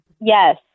Yes